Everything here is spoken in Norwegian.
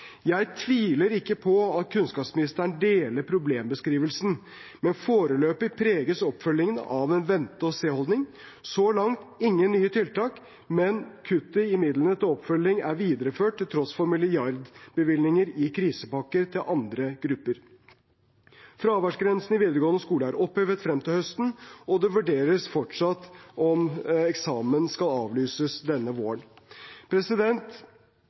Jeg tviler ikke på at kunnskapsministeren deler problembeskrivelsen, men foreløpig preges oppfølgingen av en vente-og-se-holdning. Så langt er det ingen nye tiltak, men kuttet i midlene til oppfølging er videreført, til tross for milliardbevilgninger i krisepakker til andre grupper. Fraværsgrensen i videregående skole er opphevet frem til høsten, og det vurderes fortsatt om eksamen skal avlyses denne våren.